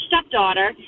stepdaughter